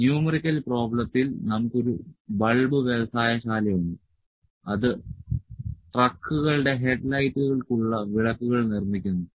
numerical പ്രോബ്ളത്തിൽ നമുക്ക് ഒരു ബൾബ് വ്യവസായശാല ഉണ്ട് അത് ട്രക്കുകളുടെ ഹെഡ് ലൈറ്റുകൾക്ക് ഉള്ള വിളക്കുകൾ നിർമ്മിക്കുന്നു